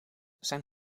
zijn